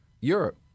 Europe